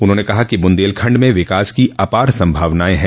उन्होंने कहा कि बुंदेलखंड में विकास की अपार संभावनाएं हैं